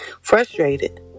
frustrated